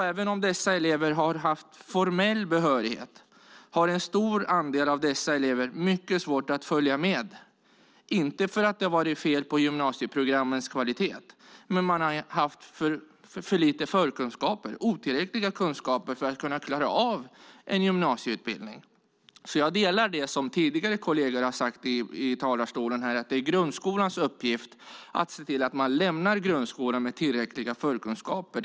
Även om dessa elever har haft formell behörighet har en stor andel av dem haft mycket svårt att följa med, inte för att det har varit fel på gymnasieprogrammens kvalitet utan för att de har haft för dåliga förkunskaper. De har haft otillräckliga kunskaper för att klara av en gymnasieutbildning. Jag håller med om det som tidigare kolleger har sagt här i talarstolen om att det är grundskolans uppgift att se till att man lämnar grundskolan med tillräckliga förkunskaper.